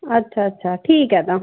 अच्छा अच्छा ठीक ऐ तां